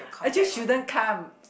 actually shouldn't come